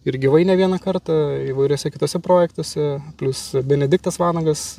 ir gyvai ne vieną kartą įvairiuose kituose projektuose plius benediktas vanagas